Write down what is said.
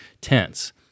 tense